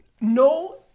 No